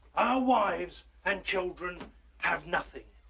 our wives and children have nothing,